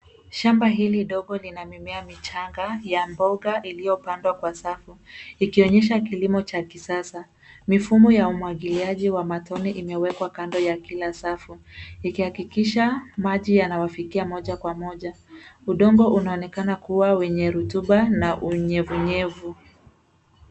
Shamba hili ndogo lina mimea michanga ya mboga iliyopandwa kwa safu ikionyesha kilimo cha kisasa. Mifumo ya umwagiliaji wa matone imewekwa kando ya kila safu, ikiakikisha maji yanawafikia moja kwa moja. Udongo unaonekana kuwa wenye rutuba na unyevunyevu.